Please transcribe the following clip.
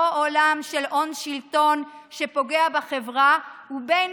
לא עולם של הון-שלטון שפוגע בחברה ובין